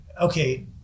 okay